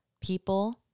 People